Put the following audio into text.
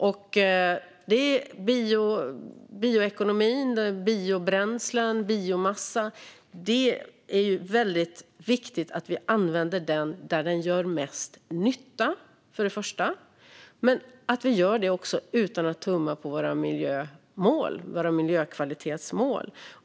När det gäller bioekonomi, biobränslen och biomassa är det viktigt att det används där det gör mest nytta men utan att tumma på våra miljökvalitetsmål.